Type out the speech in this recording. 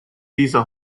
visa